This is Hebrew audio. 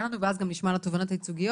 לנו ואז גם נשמע על התובענות הייצוגיות.